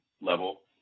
level